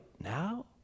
now